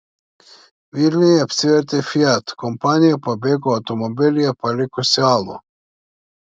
vilniuje apsivertė fiat kompanija pabėgo automobilyje palikusi alų